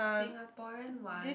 Singaporean one